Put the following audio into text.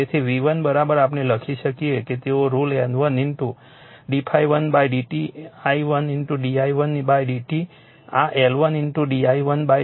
તેથી V1 આપણે લખી શકીએ કે તેઓ rule N1 d∅1 di1 di1 dt આ L1 di1 dt લખી શકીએ છીએ